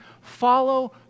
follow